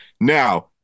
Now